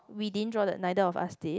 we didn't draw the neither of us did